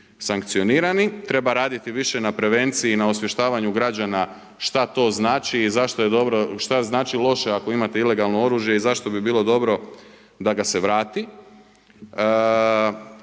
sankcionirani. Treba raditi više na prevenciji, na osvještavanju građana šta to znači i šta znači loše ako imate ilegalno oružje i zašto bi bilo dobro da ga se vrati.